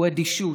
הוא אדישות".